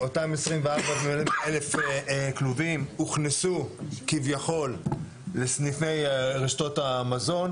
אותם 24,000 כלובים הוכנסו כביכול לסניפי רשתות המזון.